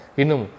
inum